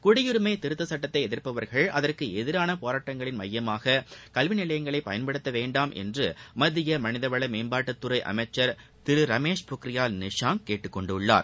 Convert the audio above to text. குடியுரிமை திருத்தச் சட்டத்தை எதிர்ப்பவர்கள் அதற்கு எதிரான போராட்டங்களின் மையமாக கல்வி நிலையங்களை பயன்படுத்த வேண்டாம் என்று மத்திய மனிதவள மேம்பாட்டுத்துறை அமைச்சள் திரு ரமேஷ் பொக்ரியால் கேட்டுக் கொண்டுள்ளார்